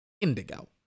Indigo